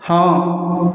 ହଁ